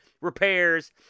repairs